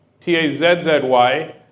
T-A-Z-Z-Y